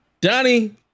Donnie